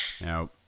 Now